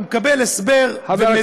הוא מקבל הסבר ומידע,